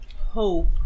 hope